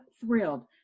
thrilled